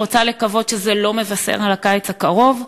רוצה לקוות שזה לא מבשר על הקיץ הקרוב,